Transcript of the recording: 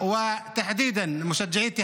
להלן תרגומם:)